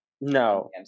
No